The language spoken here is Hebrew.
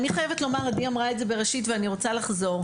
אני חייבת לומר עדי אמרה את זה בראשית ואני רוצה לחזור,